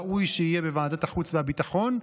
ראוי שיהיה בוועדת החוץ והביטחון.